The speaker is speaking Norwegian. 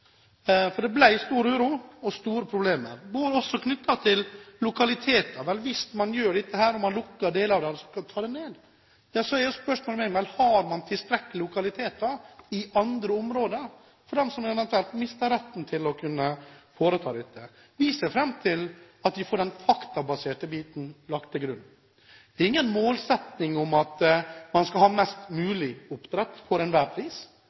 For det ble stor uro og store problemer, også knyttet til lokaliteter. Hvis man gjør dette og man lukker deler av det og tar det ned, er spørsmålet mitt: Har man tilstrekkelig med lokaliteter i andre områder for dem som eventuelt mister retten til å kunne foreta dette? Vi ser fram til at vi får den faktabaserte biten lagt til grunn. Det er ingen målsetting at man skal ha mest mulig oppdrett for enhver pris,